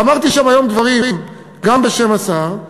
ואמרתי שם דברים גם בשם השר,